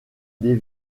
des